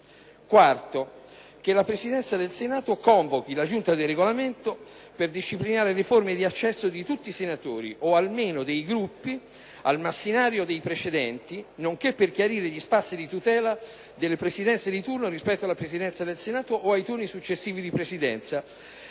Quarto: che la Presidenza del Senato convochi la Giunta per il Regolamento per disciplinare le forme di accesso di tutti i senatori, o almeno dei Gruppi, al massimario dei precedenti, nonché per chiarire gli spazi di tutela delle Presidenze di turno rispetto alla Presidenza del Senato o ai turni successivi di Presidenza.